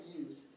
use